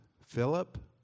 Philip